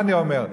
מה אני אומר?